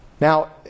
Now